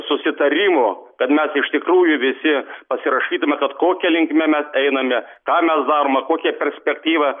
susitarimo kad mes iš tikrųjų visi pasirašydami kad kokia linkme mes einame ką mes darom ar kokia perspektyva